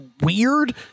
weird